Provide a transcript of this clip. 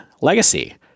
Legacy